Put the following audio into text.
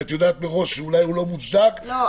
שאת יודעת מראש שאולי הוא לא מוצדק ואולי הוא יטופל --- לא,